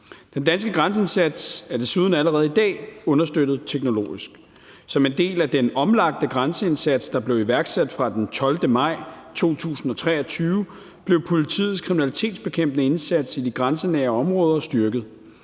Den danske grænseindsats er desuden allerede i dag understøttet teknologisk. Som en del af den omlagte grænseindsats, der blev iværksat fra den 12. maj 2023, blev politiets kriminalitetsbekæmpende indsats i de grænsenære områder styrket.